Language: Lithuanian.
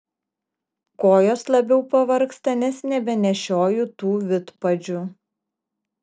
kojos labiau pavargsta nes nebenešioju tų vidpadžių